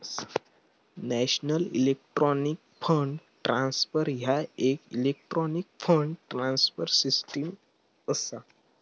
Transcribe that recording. national electronic fund transfer ह्या येक electronic fund transfer system असा